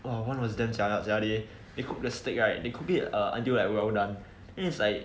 !wah! one was damn jialat sia they cook the steak right they cook it uh like well done then is like